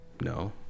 No